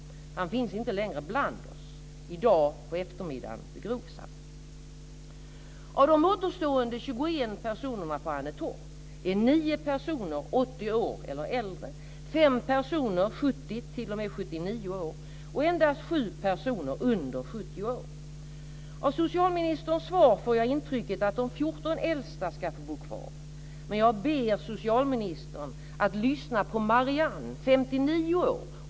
Han finns inte längre bland oss. I dag på eftermiddagen begrovs han. personer 80 år eller äldre. 5 personer är 70-79 år och endast 7 personer är under 70 år. Av socialministerns svar får jag intrycket att de 14 äldsta ska få bo kvar. Men jag ber socialministern att lyssna på Marianne, 59 år.